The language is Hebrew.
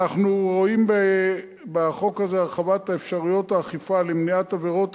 אנחנו רואים בחוק הזה הרחבת אפשרויות האכיפה למניעת עבירות